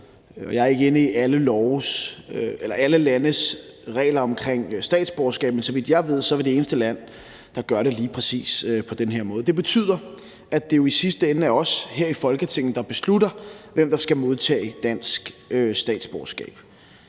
Jeg er ikke inde i alle landes regelsæt omkring tildeling af statsborgerskab, men så vidt jeg ved, er vi det eneste land, der gør det lige præcis på den her måde. Det betyder, at det jo i sidste ende er os her i Folketinget, der beslutter, hvem der skal modtage dansk statsborgerskab